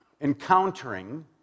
encountering